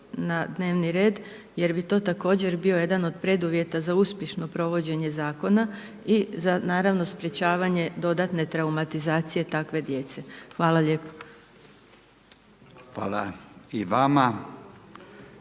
na dnevni red jer bi to također bio jedan od preduvjeta za uspješno provođenje zakona i za naravno sprečavanje dodatne traumatizacije takve djece. Hvala lijepo. **Radin,